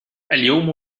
اليوم